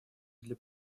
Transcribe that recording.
для